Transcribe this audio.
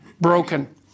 broken